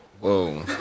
Whoa